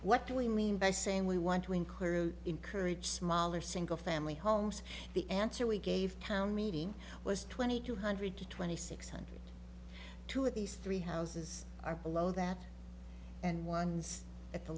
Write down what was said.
what do we mean by saying we want to include encourage smaller single family homes the answer we gave town meeting was twenty two hundred twenty six hundred two of these three houses are below that and ones at the